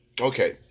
okay